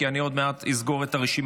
כי אני עוד מעט אסגור את הרשימה.